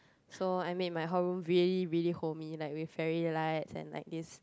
so I made my hall room really really homey like with fairy lights and like this